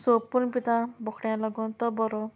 सोप करून पिता बोकड्या लागून तो बरो